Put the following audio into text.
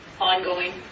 ongoing